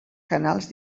canals